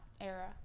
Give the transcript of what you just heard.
era